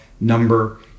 number